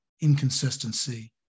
inconsistency